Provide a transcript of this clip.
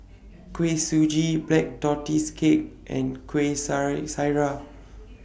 Kuih Suji Black Tortoise Cake and Kueh Syara